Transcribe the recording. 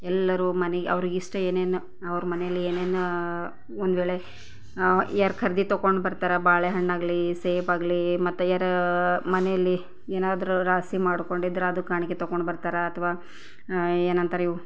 ಎಲ್ಲರೂ ಮನೆ ಅವರಿಗಿಷ್ಟ ಏನೇನು ಅವ್ರ ಮನೆಯಲ್ಲಿ ಏನೇನು ಒಂದುವೇಳೆ ಯಾರು ಖರ್ದಿ ತೊಗೊಂಡು ಬರ್ತಾರೆ ಬಾಳೆ ಹಣ್ಣಾಗಲಿ ಸೇಬಾಗಲಿ ಮತ್ತೆ ಯಾರಾರ ಮನೆಯಲ್ಲಿ ಏನಾದ್ರೂ ರಾಶಿ ಮಾಡ್ಕೊಂಡಿದ್ರೆ ಅದು ಕಾಣಿಕೆ ತೊಗೊಂಡು ಬರ್ತಾರೆ ಅಥ್ವಾ ಏನಂತಾರೆ ಇವು